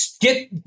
get